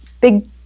big